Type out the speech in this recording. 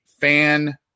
fan